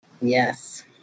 Yes